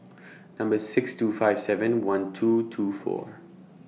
Number six two five seven one two two four